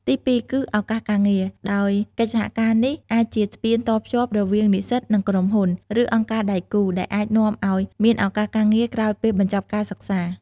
ទីពីរគឺឱកាសការងារ ដោយកិច្ចសហការនេះអាចជាស្ពានតភ្ជាប់រវាងនិស្សិត និងក្រុមហ៊ុន ឬអង្គការដៃគូ ដែលអាចនាំឱ្យមានឱកាសការងារក្រោយពេលបញ្ចប់ការសិក្សា។